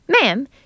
ma'am